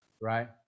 right